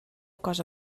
cosa